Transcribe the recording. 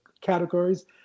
categories